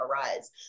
arise